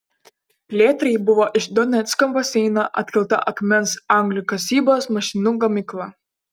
plėtrai buvo iš donecko baseino atkelta akmens anglių kasybos mašinų gamykla